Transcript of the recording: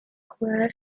jugada